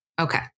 Okay